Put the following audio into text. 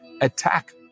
attack